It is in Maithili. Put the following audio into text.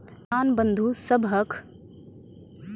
किसान बंधु सभहक खाता खोलाबै मे कून सभ कागजक जरूरत छै?